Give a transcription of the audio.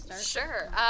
Sure